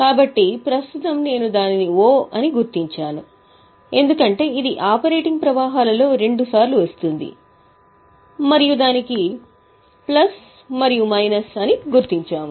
కాబట్టి ప్రస్తుతం నేను దానిని O అని గుర్తించాను ఎందుకంటే ఇది ఆపరేటింగ్ ప్రవాహాలలో రెండుసార్లు వస్తుంది మరియు దానిని ప్లస్ మరియు మైనస్ అని గుర్తించాము